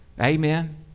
Amen